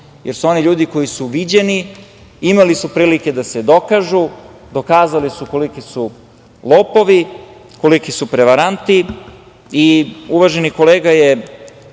jer su oni ljudi koji su viđeni. Imali su prilike da se dokažu. Dokazali koliki su lopovi, koliki su prevaranti. Uvaženi kolega